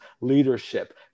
leadership